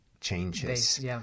changes